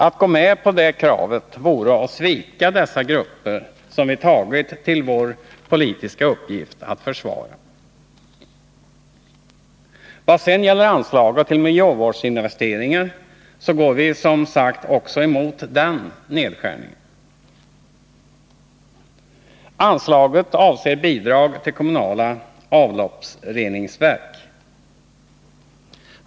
Att gå med på dessa krav vore att svika de grupper som vi tagit till vår politiska uppgift att försvara. Vad sedan gäller anslaget till miljövårdsinvesteringar går vi som sagt också emot nedskärningen av det. Anslaget avser bidrag till kommunala avloppsreningsverk.